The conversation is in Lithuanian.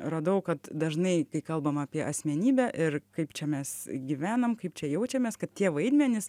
radau kad dažnai kai kalbam apie asmenybę ir kaip čia mes gyvenam kaip čia jaučiamės kad tie vaidmenys